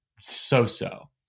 so-so